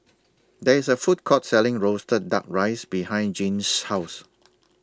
There IS A Food Court Selling Roasted Fuck Rice behind Gene's House